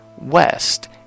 West